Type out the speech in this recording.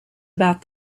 about